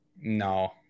No